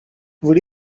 would